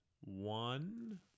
one